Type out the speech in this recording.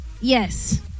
Yes